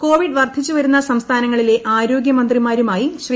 Covid വർദ്ധിച്ചുവരുന്ന സംസ്ഥാനങ്ങളിലെ ആരോഗൃ മന്ത്രിമാരുമായി ശ്രീ